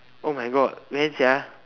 oh my god when sia